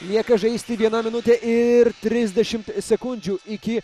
lieka žaisti viena minutė ir trisdešimt sekundžių iki